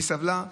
והיא סבלה.